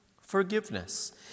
forgiveness